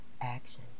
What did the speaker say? action